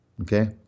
okay